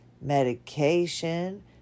medication